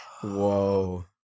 whoa